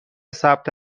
ثبت